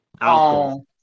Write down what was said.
alcohol